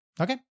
Okay